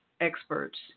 experts